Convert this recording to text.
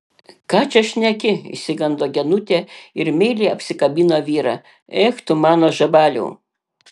ką čia šneki išsigando genutė ir meiliai apsikabino vyrą ech tu mano žabaliau